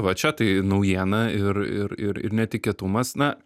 va čia tai naujiena ir ir ir ir netikėtumas na